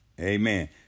Amen